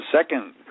second